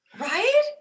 right